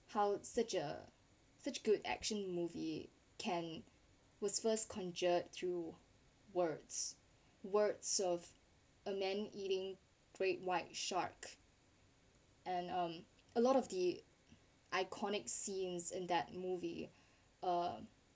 how such a such good action movie can was first conjured through words words of a man eating great white shark and um a lot of the iconic scenes in that movie uh